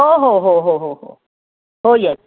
हो हो हो हो हो हो हो यस